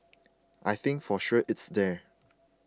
I think for sure it's there